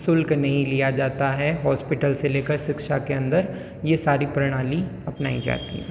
शुल्क नहीं लिया जाता है हॉस्पिटल से लेकर शिक्षा के अंदर ये सारी प्रणाली अपनाई जाती हैं